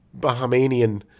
Bahamian